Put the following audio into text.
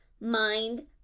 mind